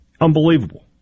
Unbelievable